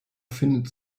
findet